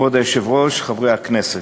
כבוד היושב-ראש, חברי הכנסת,